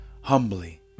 humbly